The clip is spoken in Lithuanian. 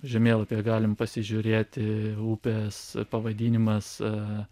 žemėlapyje galim pasižiūrėti upės pavadinimas